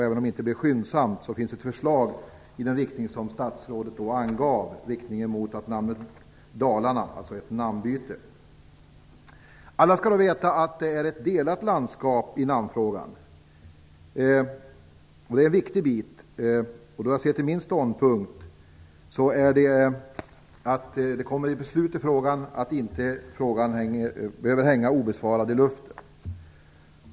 Även om det inte lagts fram skyndsamt, så är det ett förslag i den riktning som statsrådet då angav, riktningen mot namnet Dalarna, alltså ett namnbyte. Alla skall dock veta att det är ett delat landskap i namnfrågan, något som är en viktig sak. Min ståndpunkt är att det måste fattas ett beslut i frågan, så att inte frågan behöver hänga obesvarad i luften.